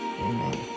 Amen